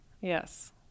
yes